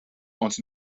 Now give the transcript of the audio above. ons